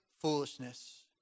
foolishness